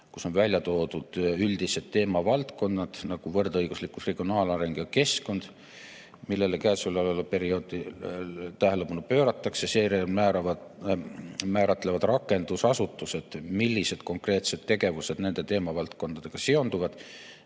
kus on välja toodud üldised teemavaldkonnad, nagu võrdõiguslikkus, regionaalareng ja keskkond, millele käesoleval perioodil tähelepanu pööratakse. Seejärel määratlevad rakendusasutused, millised konkreetsed tegevused nende teemavaldkondadega seonduvad.